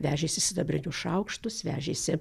vežėsi sidabrinius šaukštus vežėsi